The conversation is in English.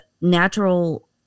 Natural